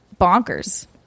bonkers